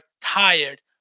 tired